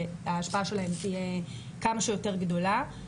וההשפעה שלהם תהיה כמה שיותר גדולה.